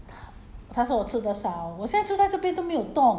不会有吃 dinner 就不会饿 mah maybe